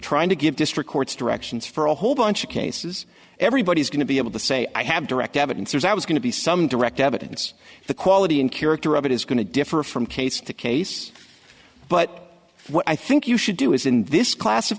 trying to give district courts directions for a whole bunch of cases everybody's going to be able to say i have direct evidence i was going to be some direct evidence the quality in character of it is going to differ from case to case but what i think you should do is in this class of